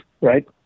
right